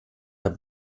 der